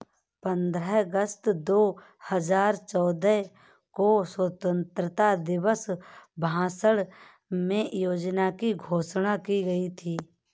पन्द्रह अगस्त दो हजार चौदह को स्वतंत्रता दिवस भाषण में योजना की घोषणा की गयी थी